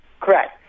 Correct